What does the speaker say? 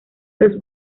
los